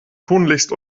tunlichst